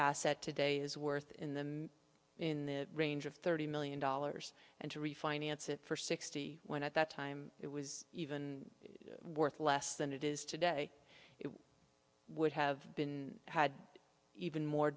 asset today is worth in the in the range of thirty million dollars and to refinance it for sixty when at that time it was even worth less than it is today would have been had even more